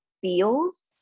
feels